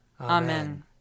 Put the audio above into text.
Amen